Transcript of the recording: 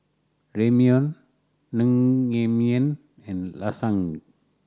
Ramyeon Naengmyeon and Lasagne